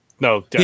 No